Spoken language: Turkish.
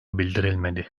bildirilmedi